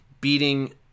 beating